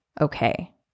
okay